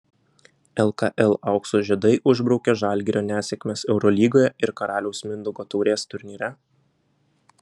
lkl aukso žiedai užbraukė žalgirio nesėkmes eurolygoje ir karaliaus mindaugo taurės turnyre